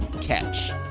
catch